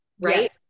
right